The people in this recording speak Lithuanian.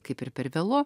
kaip ir per vėlu